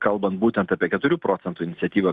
kalbant būtent apie keturių procentų iniciatyvą